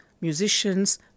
musicians